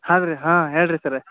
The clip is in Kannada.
ಹೌದು ರಿ ಹಾಂ ಹೇಳಿ ರಿ ಸರ